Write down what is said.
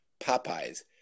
Popeye's